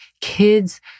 kids